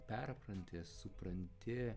perpranti supranti